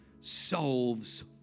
solves